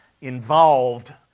involved